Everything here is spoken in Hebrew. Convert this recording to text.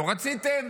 לא רציתם.